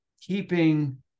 keeping